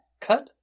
cut